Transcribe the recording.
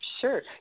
Sure